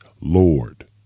Lord